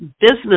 business